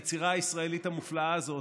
היצירה הישראלית המופלאה הזאת,